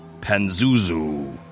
Panzuzu